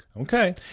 Okay